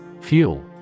Fuel